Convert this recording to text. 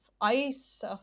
ice